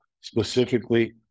specifically